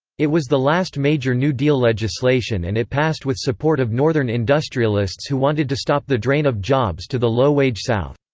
it was the last major new deal legislation and it passed with support of northern industrialists who wanted to stop the drain of jobs to the low-wage south.